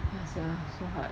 ya sia so hard